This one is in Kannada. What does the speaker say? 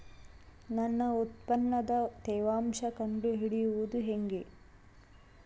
ನನ್ನ ಉತ್ಪನ್ನದ ತೇವಾಂಶ ಕಂಡು ಹಿಡಿಯುವುದು ಹೇಗೆ?